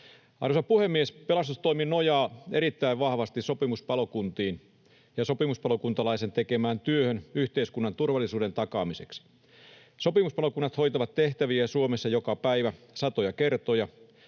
Arvoisa puhemies! Pelastustoimi nojaa erittäin vahvasti sopimuspalokuntiin ja sopimuspalokuntalaisten tekemään työhön yhteiskunnan turvallisuuden takaamiseksi. Sopimuspalokunnat hoitavat tehtäviä Suomessa joka päivä satoja kertoja.